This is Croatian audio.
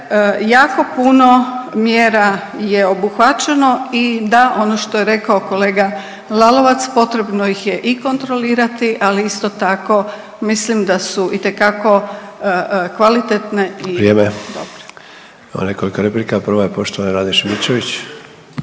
jako puno mjera je obuhvaćeno i da ono što je rekao kolega Lalovac potrebno ih je i kontrolirati, ali isto tako mislim da su itekako kvalitetne …/Upadica Sanader: Vrijeme./… i dobre.